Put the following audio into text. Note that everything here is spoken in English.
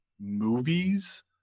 movies